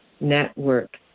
network